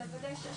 מתוך